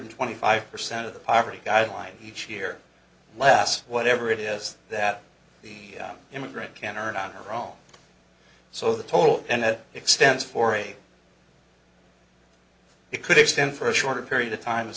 twenty five percent of the poverty guideline each year less whatever it is that the immigrant can earn on her own so the total and it extends for a it could extend for a shorter period of time as